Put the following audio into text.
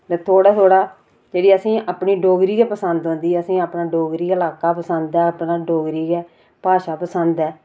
ते थोह्ड़ा थोह्ड़ा असेंगी अपनी डोगरी गै पसंद आंदी असेंगी अपना डोगरी गै ल्हाका पसंद ऐ अपना डोगरी गै भाषा पसंद ऐ